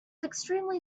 extremely